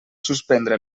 suspendre